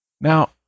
Now